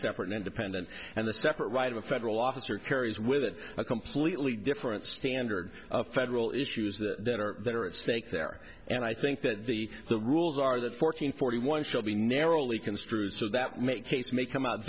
separate independent and the separate right of a federal officer carries with it a completely different standard federal issues that are that are at stake there and i think that the the rules are that fourteen forty one should be narrowly construed so that may case may come out